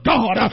God